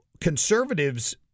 conservatives